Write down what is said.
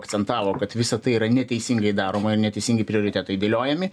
akcentavo kad visa tai yra neteisingai daroma ir neteisingai prioritetai dėliojami